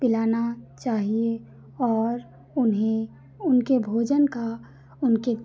पिलाना चाहिए और उन्हें उनके भोजन का उनके